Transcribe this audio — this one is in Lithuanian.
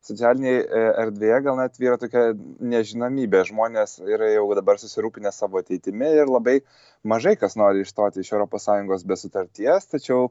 socialinėj erdvėje gal net tvyro tokia nežinomybė žmonės yra jau dabar susirūpinę savo ateitimi ir labai mažai kas nori išstoti iš europos sąjungos be sutarties tačiau